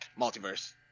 multiverse